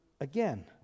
again